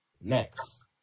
Next